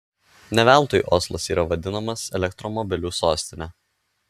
ne veltui oslas yra vadinamas elektromobilių sostine